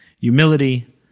humility